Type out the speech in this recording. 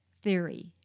theory